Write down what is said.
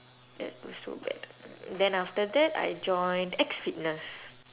that was so bad then after that I joined X fitness